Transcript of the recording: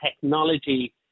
technology